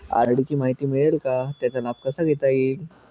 RD ची माहिती मिळेल का, त्याचा लाभ कसा घेता येईल?